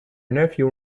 nephew